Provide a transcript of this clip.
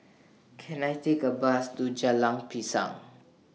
Can I Take A Bus to Jalan Pisang